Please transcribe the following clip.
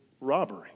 robbery